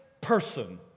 person